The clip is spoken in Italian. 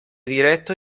diretto